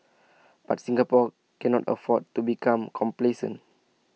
but Singapore cannot afford to become complacent